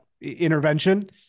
intervention